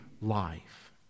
life